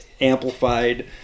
amplified